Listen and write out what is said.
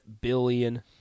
billion